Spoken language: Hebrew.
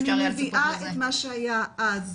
אני מביאה את מה שהיה אז,